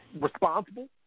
responsible